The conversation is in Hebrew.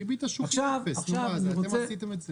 ריבית השוק היא אפס, נו מה, זה אתם עשיתם את זה?